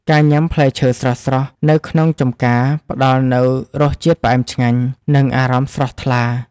ការញ៉ាំផ្លែឈើស្រស់ៗនៅក្នុងចម្ការ ផ្តល់នូវរសជាតិផ្អែមឆ្ងាញ់ និងអារម្មណ៍ស្រស់ថ្លា។